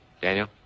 Daniel